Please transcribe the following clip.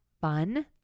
fun